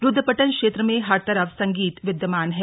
रूद्रपट्टन क्षेत्र में हर तरफ संगीत विद्यमान है